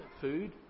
Food